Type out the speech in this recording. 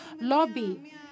lobby